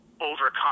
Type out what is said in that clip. overcome